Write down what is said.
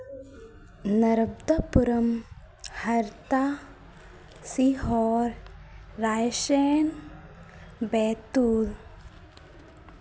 Narmadapuram Harda Sehore Raisen Betul